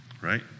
right